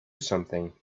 something